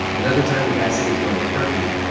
another time, a guy said he was going to turkey.